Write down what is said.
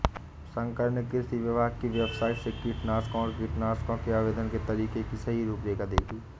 शंकर ने कृषि विभाग की वेबसाइट से कीटनाशकों और कीटनाशकों के आवेदन के तरीके की सही रूपरेखा देखी